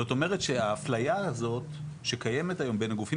זאת אומרת שהאפליה הזאת שקיימת היום בין הגופים